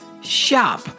shop